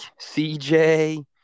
CJ